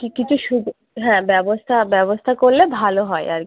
কি কিছু সুবি হ্যাঁ ব্যবস্থা ব্যবস্থা করলে ভালো হয় আর কি